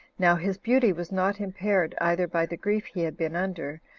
now his beauty was not impaired, either by the grief he had been under,